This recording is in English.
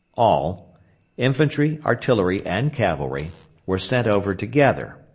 all infantry, artillery, and cavalry were sent over together.